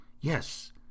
Yes